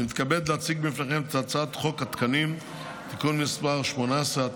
אני מתכבד להציג בפניכם את הצעת חוק התקנים (תיקון מס' 18),